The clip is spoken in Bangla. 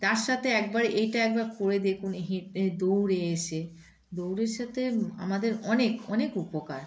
তার সাথে একবার এইটা একবার করে দেখুন হ দৌড়ে এসে দৌড়ের সাথে আমাদের অনেক অনেক উপকার